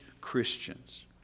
Christians